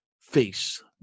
Face